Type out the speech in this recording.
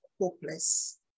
hopeless